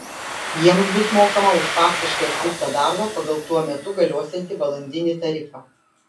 jiems bus mokama už faktiškai atliktą darbą pagal tuo metu galiosiantį valandinį tarifą